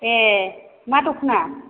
ए मा दखना